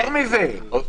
יותר מזה,